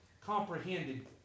Comprehended